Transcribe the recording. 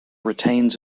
retains